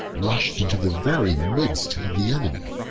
rushed into the very midst of the enemy.